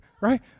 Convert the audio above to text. Right